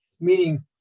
meaning